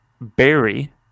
Barry